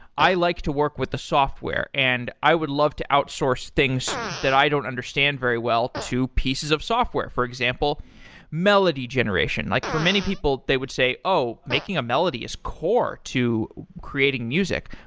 i like to work with the software, and i would love to outsource things that i don't understand very well to pieces of software, for example melody generation. like for many people, they would say, oh! making a melody is core to creating music,